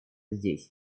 здесь